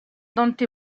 dante